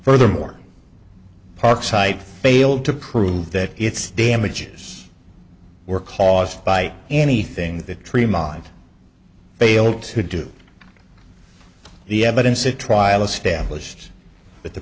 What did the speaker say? furthermore park site failed to prove that its damages were caused by anything the tree mind failed to do the evidence at trial established but the